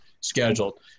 scheduled